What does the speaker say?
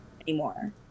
anymore